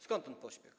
Skąd ten pośpiech?